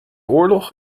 oorlog